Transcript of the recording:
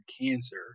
cancer